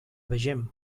vegem